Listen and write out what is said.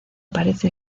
parece